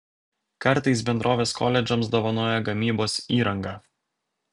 kartais bendrovės koledžams dovanoja gamybos įrangą